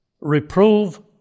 Reprove